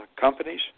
companies